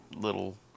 little